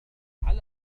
على